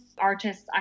artists